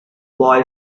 boy